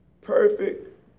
Perfect